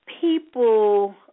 people